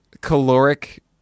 caloric